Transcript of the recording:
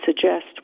suggest